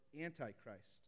Antichrist